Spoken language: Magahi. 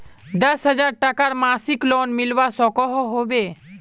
दस हजार टकार मासिक लोन मिलवा सकोहो होबे?